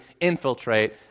infiltrate